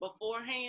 beforehand